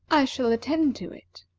i shall attend to it.